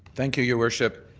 thank you, your worship.